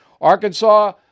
Arkansas